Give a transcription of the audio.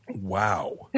Wow